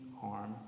harm